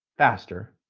faster,